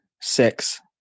six